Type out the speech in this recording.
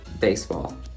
baseball